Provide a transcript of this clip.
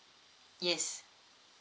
yes